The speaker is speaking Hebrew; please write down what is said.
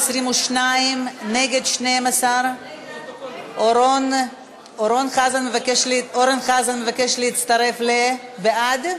22, נגד, 12. אורן חזן מבקש להצטרף בעד.